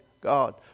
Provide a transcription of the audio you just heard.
God